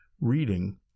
reading